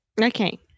Okay